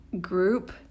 group